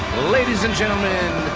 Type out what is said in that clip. ladies and gentlemen,